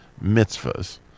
mitzvahs